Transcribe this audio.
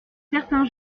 certain